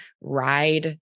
ride